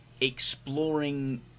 exploring